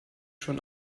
schon